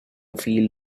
feel